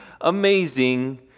amazing